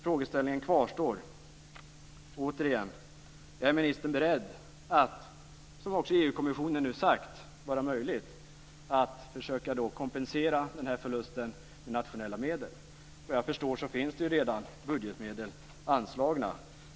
Frågeställningen kvarstår: Är ministern beredd att - som nu också EU-kommissionen har sagt vara möjligt - kompensera denna förlust med nationella medel? Såvitt jag förstår finns det redan budgetmedel anslagna.